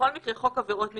בכל מקרה חוק עבירות מנהליות,